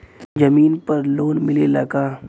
जमीन पर लोन मिलेला का?